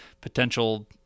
potential